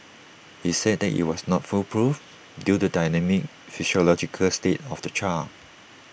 he said that IT was not foolproof due to the dynamic psychological state of the child